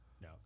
No